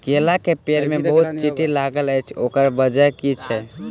केला केँ पेड़ मे बहुत चींटी लागल अछि, ओकर बजय की छै?